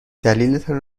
دلیلتان